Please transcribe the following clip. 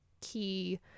key